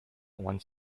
one